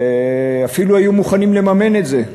ואפילו היו מוכנים לממן את זה.